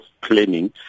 planning